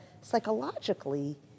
psychologically